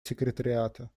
секретариата